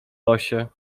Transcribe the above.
losie